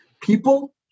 people